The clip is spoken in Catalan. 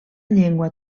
llengua